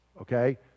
Okay